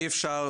אי אפשר,